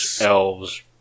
elves